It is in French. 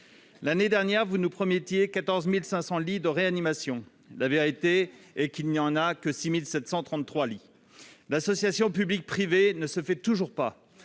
L'année dernière, vous nous promettiez 14 500 lits de réanimation. La vérité est qu'il n'y en a que 6 733. L'association entre le public et le privé ne se fait toujours pas.